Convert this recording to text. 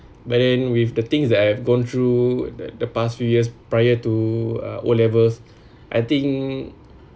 but then with the things that I have gone through the the past few years prior to uh O levels I think